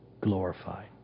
glorified